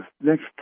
next